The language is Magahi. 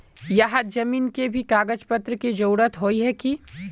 यहात जमीन के भी कागज पत्र की जरूरत होय है की?